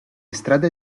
strade